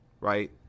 right